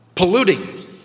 polluting